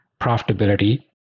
profitability